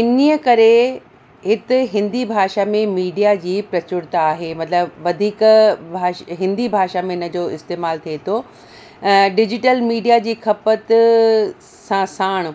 इन्हीअ करे हिते हिंदी भाषा में मीडिया जी प्रचुरता आहे मतलबु वधीक भा हिंदी भाषा में हिनजो इस्तेमालु थिए थो डिजीटल मीडिया जी खपत सां साणि